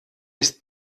ist